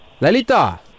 Lalita